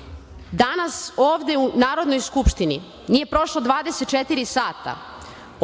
tako. Danas ovde u Narodnoj skupštini, nije prošlo 24 sata